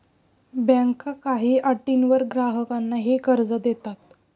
बँका काही अटींवर ग्राहकांना हे कर्ज देतात